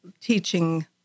teaching